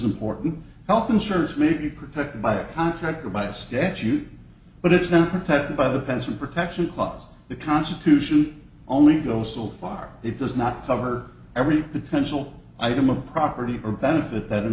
important health insurance may be protected by a contract or by a statute but it's been protected by the pension protection clause the constitution only goes so far it does not cover every potential item of property or benefit that an